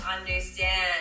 understand